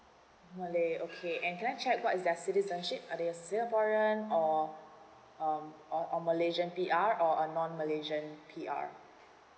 malay okay and can I check what is their citizenship are they a singaporean or um or a malaysian P_R or a non malaysian P_R